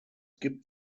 gibt